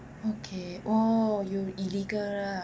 okay oh you illegal lah